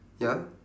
ya